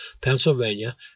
Pennsylvania